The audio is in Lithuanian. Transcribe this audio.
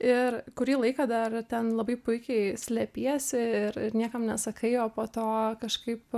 ir kurį laiką dar ten labai puikiai slepiesi ir ir niekam nesakai o po to kažkaip